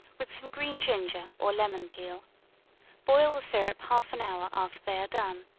with some green ginger or lemon peel boil the syrup half an hour after they are done.